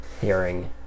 Hearing